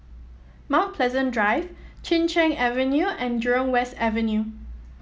Mount Pleasant Drive Chin Cheng Avenue and Jurong West Avenue